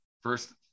First